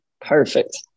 Perfect